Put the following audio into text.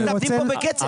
אנשים מתאבדים פה בקצב.